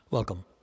Welcome